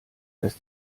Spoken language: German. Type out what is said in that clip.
dass